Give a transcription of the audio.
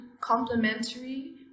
complementary